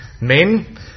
men